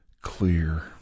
clear